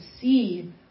see